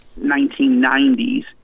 1990s